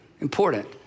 important